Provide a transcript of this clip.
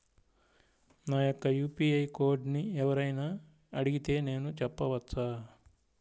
నా యొక్క యూ.పీ.ఐ కోడ్ని ఎవరు అయినా అడిగితే నేను చెప్పవచ్చా?